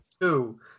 Two